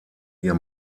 ihr